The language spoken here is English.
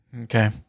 Okay